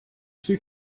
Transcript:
two